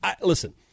Listen